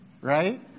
right